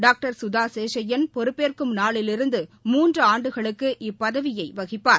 doctor Katha Seshayyan பொறுப்பேற்கும் நாளிலிருந்து மூன்று ஆண்டுகளுக்கு இப்பதவியை வகிப்பார்